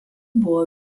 buvo